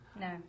no